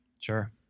Sure